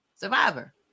survivor